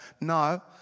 no